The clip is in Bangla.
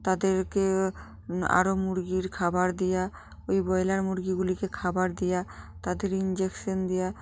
তাদেরকে আরো মুরগির খাবার দেওয়া ওই ব্রয়লার মুরগিগুলিকে খাবার দেওয়া তাদের ইঞ্জেকশন দেওয়া